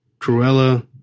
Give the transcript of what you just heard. Cruella